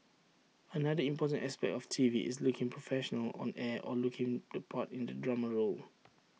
another important aspect of T V is looking professional on air or looking the part in A drama role